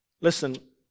Listen